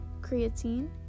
creatine